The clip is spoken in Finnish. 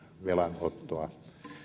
velanottoa